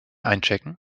einchecken